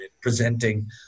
presenting